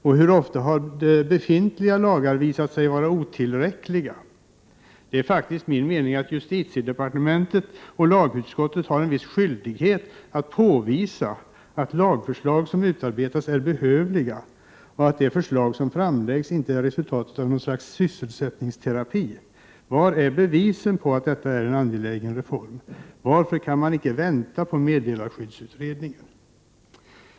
Och hur ofta har befintliga lagar visat sig vara otillräckliga? Enligt min mening har justitiedepartementet och lagutskottet faktiskt en viss skyldighet att påvisa att lagförslag som utarbetas är behövliga och att de förslag som framläggs inte är resultat av något slags sysselsättningsterapi. Var är bevisen för att detta är en angelägen reform? Varför kan man inte vänta på meddelarskyddsutredningen?